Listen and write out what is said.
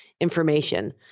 information